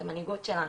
את המנהיגות שלנו,